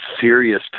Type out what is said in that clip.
serious